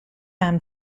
ham